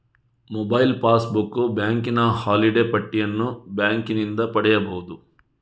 mobile passbook, ಬ್ಯಾಂಕಿನ holiday ಪಟ್ಟಿಯನ್ನು ಬ್ಯಾಂಕಿನಿಂದ ಪಡೆಯಬಹುದು